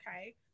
okay